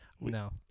No